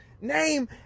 name